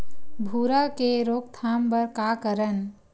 भूरा के रोकथाम बर का करन?